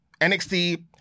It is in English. NXT